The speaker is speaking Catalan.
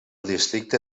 districte